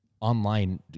online